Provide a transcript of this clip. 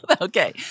Okay